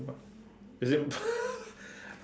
is it my